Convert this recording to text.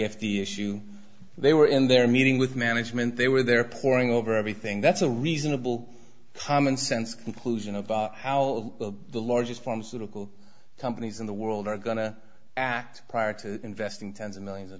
the issue they were in their meeting with management they were there poring over everything that's a reasonable commonsense conclusion about how the largest pharmaceutical companies in the world are going to act prior to investing tens of millions of